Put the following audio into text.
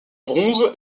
bronze